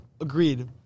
Agreed